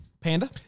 Panda